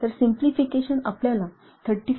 तर सिंपलीफिकेशन आपल्याला 35